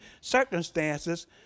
circumstances